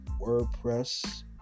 WordPress